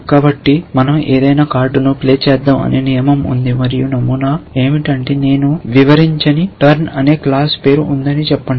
కాబట్టి మనం ఏదైనా కార్డును ప్లే చేద్దాం అనే నియమం ఉంది మరియు నమూనా ఏమిటంటే నేను వివరించని టర్న్ అనే క్లాస్ పేరు ఉందని చెప్పండి